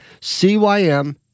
CYM